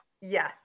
Yes